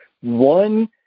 one